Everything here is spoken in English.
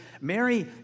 Mary